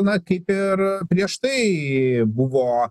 na kaip ir prieš tai buvo